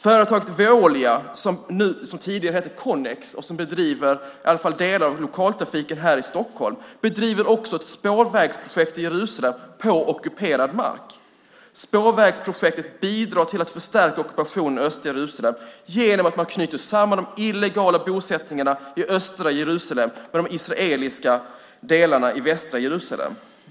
Företaget Veolia, som tidigare hette Connex och som bedriver i alla fall delar av lokaltrafiken här i Stockholm, bedriver också ett spårvägsprojekt i Jerusalem på ockuperad mark. Spårvägsprojektet bidrar till att förstärka ockupationen i östra Jerusalem genom att man knyter samman de illegala bosättningarna i östra Jerusalem med de israeliska delarna i västra Jerusalem.